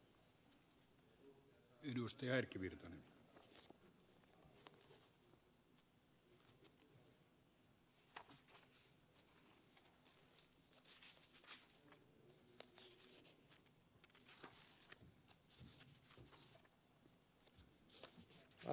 arvoisa puhemies